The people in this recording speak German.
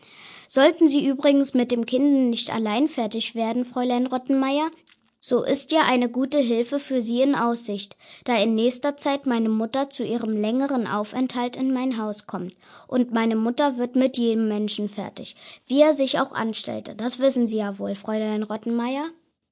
sollten sie übrigens mit dem kinde nicht allein fertig werden fräulein rottenmeier so ist ja eine gute hilfe für sie in aussicht da in nächster zeit meine mutter zu ihrem längeren aufenthalt in mein haus kommt und meine mutter wird mit jedem menschen fertig wie er sich auch anstelle das wissen sie ja wohl fräulein